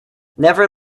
never